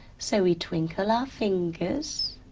so we twinkle our fingers.